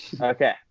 Okay